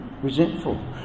Resentful